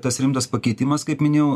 tas rimtas pakeitimas kaip minėjau